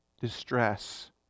distress